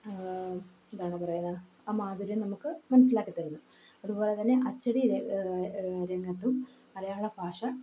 എന്താണ് പറയുന്നത് ആ മാധുര്യം നമുക്ക് മനസ്സിലാക്കി തരുന്നു അതുപോലെ തന്നെ അച്ചടി രംഗത്തും മലയാള ഭാഷ